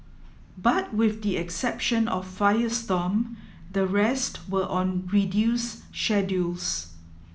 but with the exception of firestorm the rest were on reduced schedules